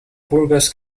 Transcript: burgos